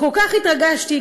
כל כך התרגשתי,